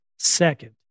Second